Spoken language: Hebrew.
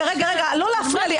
רגע, רגע, רגע, לא להפריע לי.